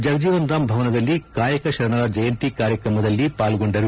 ಜಗಜೀವನ ರಾಮ್ ಭವನದಲ್ಲಿ ಕಾಯಕ ಶರಣರ ಜಯಂತಿ ಕಾರ್ಯಕ್ರಮದಲ್ಲಿ ಪಾಲ್ಗೊಂಡರು